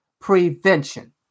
prevention